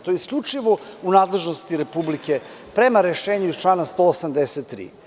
To je isključivo u nadležnosti Republike Srbije prema rešenju iz člana 183.